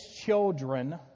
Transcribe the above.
children